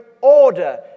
order